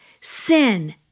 Sin